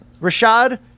Rashad